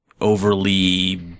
overly